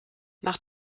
nach